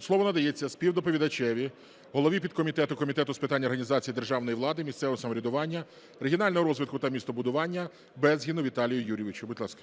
Слово надається співдоповідачеві голові підкомітету Комітету з питань організації державної влади, місцевого самоврядування, регіонального розвитку та містобудування Безгіну Віталію Юрійовичу. Будь ласка.